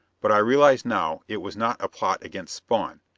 but i realized now it was not a plot against spawn.